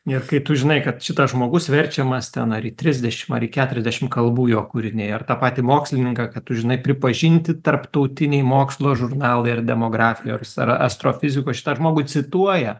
nes kai tu žinai kad šitas žmogus verčiamas ten į trisdešimt ar keturiasdešimt kalbų jo kūriniai ar tą patį mokslininką kad tu žinai pripažinti tarptautiniai mokslo žurnalai ir demografijos ar astrofizikos šitą žmogų cituoja